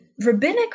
rabbinic